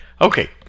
Okay